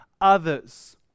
others